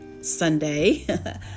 Sunday